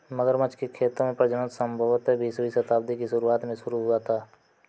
मगरमच्छ के खेतों में प्रजनन संभवतः बीसवीं शताब्दी की शुरुआत में शुरू हुआ था